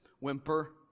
whimper